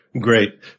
Great